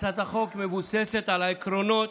הצעת החוק מבוססת על העקרונות